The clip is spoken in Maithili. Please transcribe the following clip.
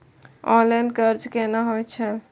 ऑनलाईन कर्ज केना होई छै?